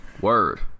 Word